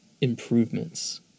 improvements